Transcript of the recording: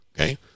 okay